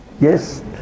yes